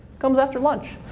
comes after lunch.